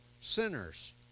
sinners